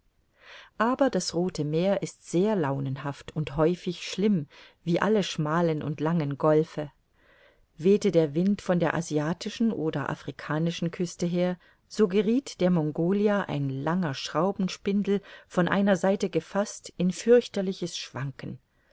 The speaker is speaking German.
aber das rothe meer ist sehr launenhaft und häufig schlimm wie alle schmalen und langen golfe wehte der wind von der asiatischen oder afrikanischen küste her so gerieth der mongolia ein langer schraubenspindel von einer seite gefaßt in fürchterliches schwanken